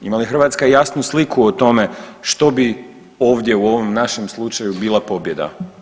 Ima li Hrvatska jasnu sliku o tome što bi ovdje u ovom našem slučaju bila pobjeda?